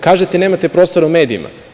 Kažete nemate prostora u medijima?